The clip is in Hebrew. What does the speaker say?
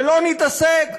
ולא נתעסק,